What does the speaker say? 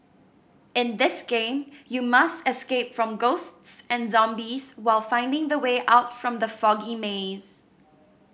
in this game you must escape from ghosts and zombies while finding the way out from the foggy maze